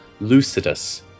Lucidus